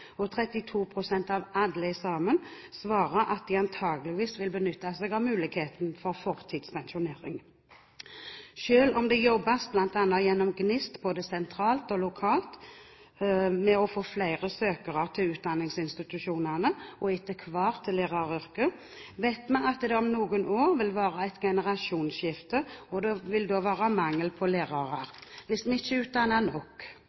og 32 pst. av alle sammen svarer at de antakeligvis vil benytte seg av muligheten for førtidspensjonering. Selv om det jobbes, bl.a. gjennom GNIST, både sentralt og lokalt for å få flere søkere til utdanningsinstitusjonene og etter hvert til læreryrket, vet vi at det om noen år vil være et generasjonsskifte, og at det da vil være mangel på